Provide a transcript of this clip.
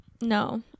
no